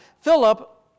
Philip